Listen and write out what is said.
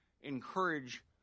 encourage